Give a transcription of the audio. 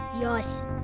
yes